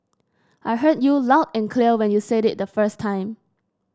I heard you loud and clear when you say it the first time